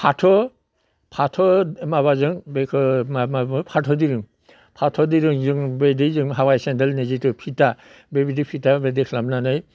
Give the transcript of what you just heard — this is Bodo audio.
फाथो फाथो माबाजों बेखो मा बुङो फाथो दिरुं फाथो दिरुंजों बेदि जों हावाइ सेनदेलनि जिथु फिथा बेबायदि फिथा खालामनानै